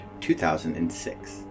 2006